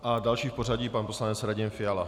A další v pořadí, pan poslanec Radim Fiala.